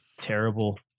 Terrible